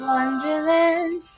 Wonderland